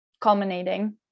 culminating